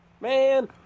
Man